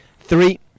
Three